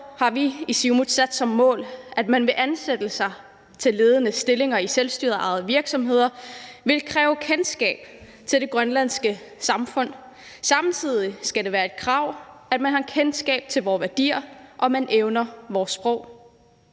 har vi i Siumut sat som mål, at man ved ansættelser til ledende stillinger i selvstyreejede virksomheder skal kræve kendskab til det grønlandske samfund. Samtidig skal det være et krav, at man har kendskab til vore værdier, og at man evner at tale vores sprog.